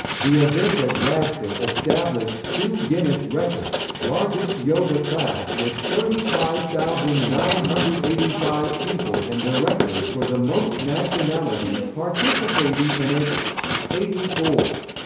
the event at rajpath established two guinness records largest yoga class with thirty five thousand nine hundred and eighty five people and the record for the most nationalities participating in it eighty four.